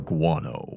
Guano